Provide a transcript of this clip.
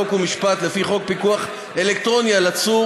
חוק ומשפט לדיון בחוק פיקוח אלקטרוני על עצור